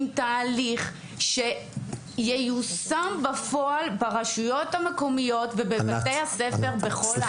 עם תהליך שייושם בפועל ברשויות המקומיות ובבתי הספר בכל הארץ.